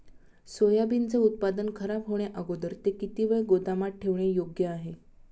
सोयाबीनचे उत्पादन खराब होण्याअगोदर ते किती वेळ गोदामात ठेवणे योग्य आहे?